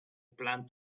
plan